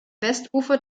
westufer